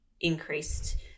increased